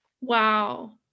Wow